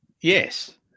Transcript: Yes